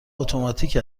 اتوماتیک